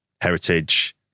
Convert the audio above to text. heritage